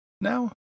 Now